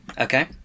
Okay